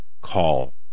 call